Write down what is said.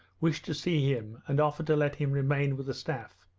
wished to see him and offered to let him remain with the staff,